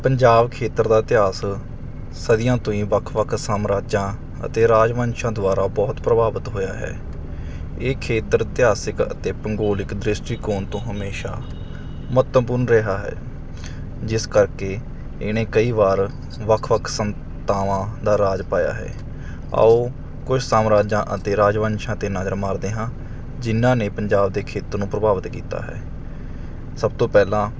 ਪੰਜਾਬ ਖੇਤਰ ਦਾ ਇਤਿਹਾਸ ਸਦੀਆਂ ਤੋਂ ਹੀ ਵੱਖ ਵੱਖ ਸਾਮਰਾਜਾਂ ਅਤੇ ਰਾਜਵੰਸ਼ਾਂ ਦੁਆਰਾ ਬਹੁਤ ਪ੍ਰਭਾਵਿਤ ਹੋਇਆ ਹੈ ਇਹ ਖੇਤਰ ਇਤਿਹਾਸਿਕ ਅਤੇ ਭੂਗੋਲਿਕ ਦ੍ਰਿਸ਼ਟੀਕੋਣ ਤੋਂ ਹਮੇਸ਼ਾ ਮਹੱਤਵਪੂਰਨ ਰਿਹਾ ਹੈ ਜਿਸ ਕਰਕੇ ਇਹਨੇ ਕਈ ਵਾਰ ਵੱਖ ਵੱਖ ਸੰਤਾਵਾਂ ਦਾ ਰਾਜ ਪਾਇਆ ਹੈ ਆਓ ਕੁਝ ਸਾਮਰਾਜਾਂ ਅਤੇ ਰਾਜਵੰਸ਼ਾਂ 'ਤੇ ਨਜ਼ਰ ਮਾਰਦੇ ਹਾਂ ਜਿਹਨਾਂ ਨੇ ਪੰਜਾਬ ਦੇ ਖੇਤਰ ਨੂੰ ਪ੍ਰਭਾਵਿਤ ਕੀਤਾ ਹੈ ਸਭ ਤੋਂ ਪਹਿਲਾਂ